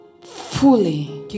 Fully